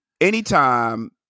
Anytime